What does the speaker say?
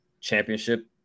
championship